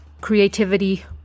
creativity